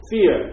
Fear